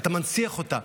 אתה מנציח אותה.